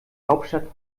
hauptstadt